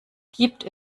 gibt